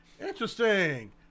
Interesting